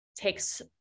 takes